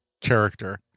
character